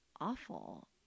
awful